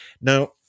Now